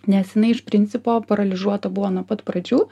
nes jinai iš principo paralyžiuota buvo nuo pat pradžių